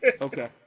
Okay